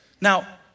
Now